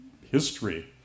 history